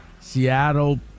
Seattle